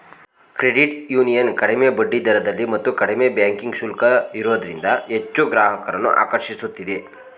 credit union ಕಡಿಮೆ ಬಡ್ಡಿದರದಲ್ಲಿ ಮತ್ತು ಕಡಿಮೆ ಬ್ಯಾಂಕಿಂಗ್ ಶುಲ್ಕ ಇರೋದ್ರಿಂದ ಹೆಚ್ಚು ಗ್ರಾಹಕರನ್ನು ಆಕರ್ಷಿಸುತ್ತಿದೆ